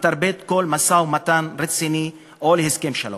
לטרפד כל משא-ומתן רציני או הסכם שלום